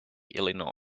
illinois